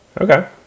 Okay